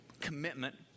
commitment